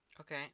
okay